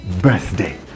birthday